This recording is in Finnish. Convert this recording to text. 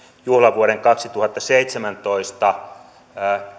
juhlavuoden kaksituhattaseitsemäntoista